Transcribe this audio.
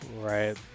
Right